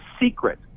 Secret